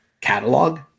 catalog